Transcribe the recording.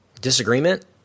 disagreement